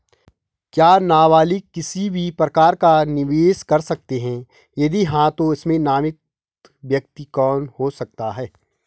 क्या नबालिग किसी भी प्रकार का निवेश कर सकते हैं यदि हाँ तो इसमें नामित व्यक्ति कौन हो सकता हैं?